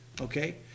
okay